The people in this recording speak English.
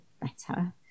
better